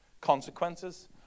consequences